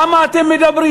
למה אתם מדברים?